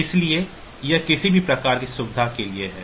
इसलिए यह किसी प्रकार की सुविधा के लिए है